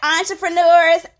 Entrepreneurs